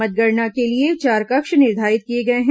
मतगणना के लिए चार कक्ष निर्धारित किए गए हैं